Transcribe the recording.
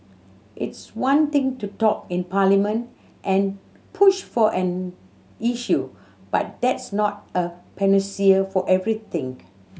it's one thing to talk in Parliament and push for an issue but that's not a panacea for everything